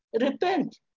Repent